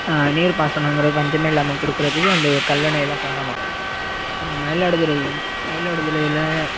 நீர் பாசனம்ங்கிற பஞ்சமே இல்லாமல் கொடுக்குறதுக்கு அந்த கல்லணை தான் காரணம் அப்புறம் மயிலாடுதுறை வந்து மயிலாடுதுறையில்